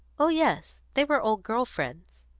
oh yes they were old girl friends.